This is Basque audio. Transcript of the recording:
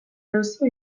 duzu